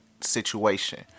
situation